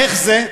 איך זה?